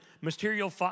material